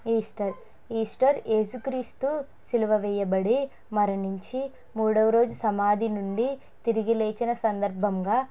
Easter Easter ఏసుక్రీస్తు సిలువ వేయబడి మరణించి మూడవరోజు సమాధి నుండి తిరిగి లేచిన సందర్భంగా